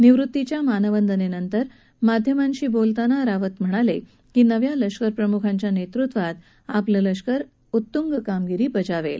निवृत्तीच्या मानवंदनेनंतर माध्मांशी बोलताना रावत यांनी सांगितलं की नव्या लष्करप्रमुखांच्या नेतृत्वात आपलं लष्कर अधिक उत्तुंग कामगिरी बजावेल